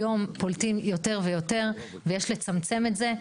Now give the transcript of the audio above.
היום פולטים יותר ויותר ויש לצמצם את זה.